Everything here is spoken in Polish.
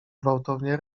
gwałtownie